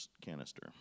canister